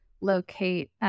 locate